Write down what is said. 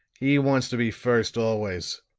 he wants to be first always.